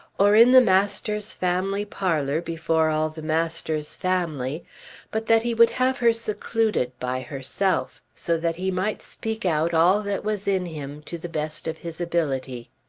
or in the masters' family parlour before all the masters' family but that he would have her secluded, by herself, so that he might speak out all that was in him, to the best of his ability.